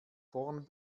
vorn